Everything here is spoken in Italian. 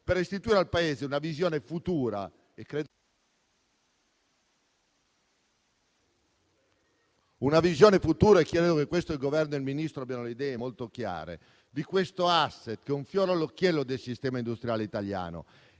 per restituire al Paese una visione futura - credo che su questo il Governo e il Ministro abbiano le idee molto chiare - di questo *asset*, che è un fiore all'occhiello del sistema industriale italiano